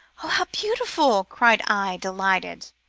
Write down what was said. how beautiful! cried i, delighted.